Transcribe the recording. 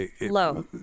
Low